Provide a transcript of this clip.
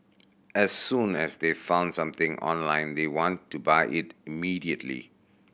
as soon as they found something online they want to buy it immediately